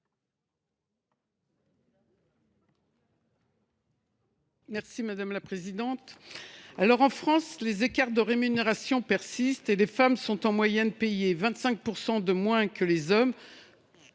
Mme Raymonde Poncet Monge. En France, les écarts de rémunération persistent et les femmes sont en moyenne payées 25 % de moins que les hommes,